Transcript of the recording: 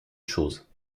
chose